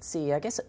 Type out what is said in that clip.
see i guess